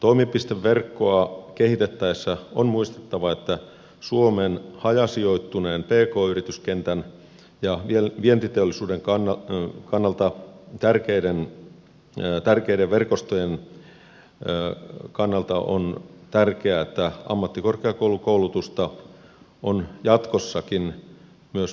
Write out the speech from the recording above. toimipisteverkkoa kehitettäessä on muistettava että suomen hajasijoittuneen pk yrityskentän ja vientiteollisuuden tärkeiden verkostojen kannalta on tärkeää että ammattikorkeakoulutusta on jatkossakin